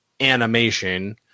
animation